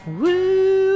Woo